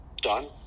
done